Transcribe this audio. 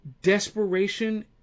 desperation